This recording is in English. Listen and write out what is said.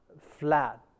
flat